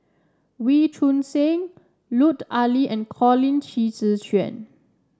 Wee Choon Seng Lut Ali and Colin Qi Zhe Quan